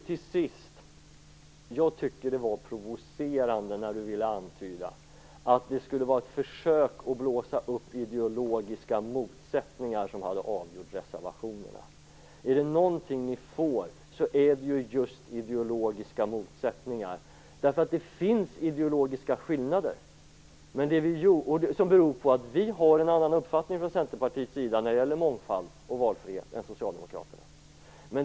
Tills sist tycker jag att det var provocerande när Ingegerd Wärnersson ville antyda att det skulle vara ett försök att blåsa upp ideologiska motsättningar som avgjort reservationernas innehåll. Är det någonting ni får är det just ideologiska motsättningar. Det finns ideologiska skillnader. Det beror på att vi i Centerpartiet har en annan uppfattning när det gäller mångfald och valfrihet än Socialdemokraterna.